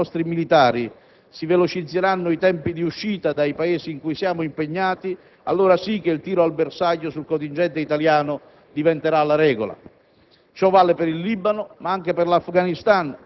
se il terrorismo integralista comprenderà che attaccando i nostri militari si velocizzeranno i tempi di uscita dai Paesi in cui siamo impegnati, allora sì che il tiro al bersaglio sul contingente italiano diventerà la regola.